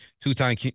Two-time